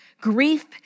grief